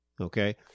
Okay